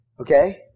Okay